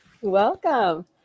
Welcome